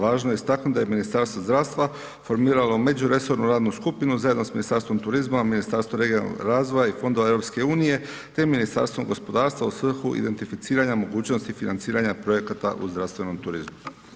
Važno je istaknuti da je Ministarstvo zdravstva formiralo međuresornu radnu skupinu zajedno s Ministarstvom turizma, Ministarstvom regionalnog razvoja i fondova EU te Ministarstvom gospodarstva u svrhu identificiranja mogućnosti financiranja projekata u zdravstvenom turizmu.